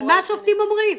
מה השופטים אומרים?